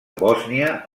bòsnia